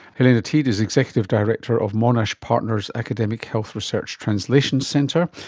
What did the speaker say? helena teede is executive director of monash partners academic health research translation centre.